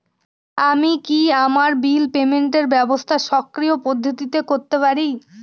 আমি কি আমার বিল পেমেন্টের ব্যবস্থা স্বকীয় পদ্ধতিতে করতে পারি?